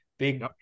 Big